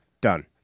Done